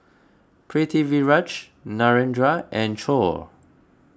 Pritiviraj Narendra and Choor